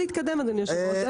להתקדם, אדוני היושב-ראש.